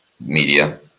media